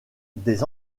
des